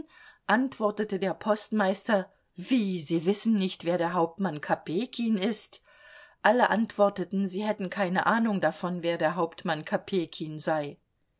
antwortete der postmeister wie sie wissen nicht wer der hauptmann kopejkin ist alle antworteten sie hätten keine ahnung davon wer der hauptmann kopejkin sei